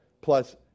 plus